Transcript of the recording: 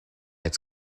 its